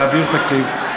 תעביר תקציב.